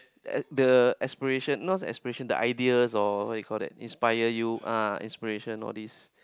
a~ the aspiration not say aspiration the ideas or what do you call that inspire you ah inspiration all this